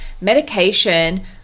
medication